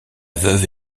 veuve